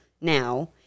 now